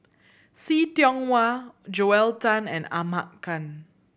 See Tiong Wah Joel Tan and Ahmad Khan